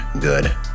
good